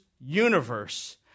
universe